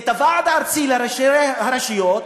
הוועד הארצי לראשי הרשויות,